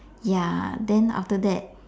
ya then after that